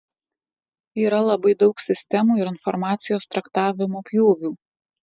yra labai daug sistemų ir informacijos traktavimo pjūvių